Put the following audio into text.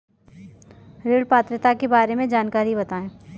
ऋण पात्रता के बारे में जानकारी बताएँ?